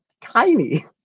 tiny